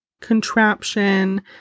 contraption